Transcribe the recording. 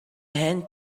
hand